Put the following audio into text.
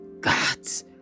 Gods